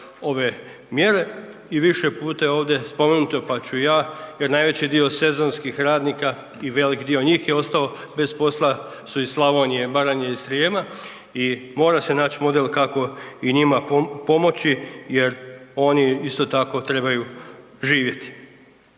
ove mjere i više puta je ovdje spomenuto, pa ću i ja jer najveći dio sezonskih radnika i velik dio njih je ostao bez posla su iz Slavonije, Baranje i Srijema i mora se nać model kako i njima pomoći jer oni isto tako trebaju živjeti.